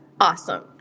Awesome